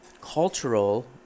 cultural